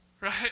Right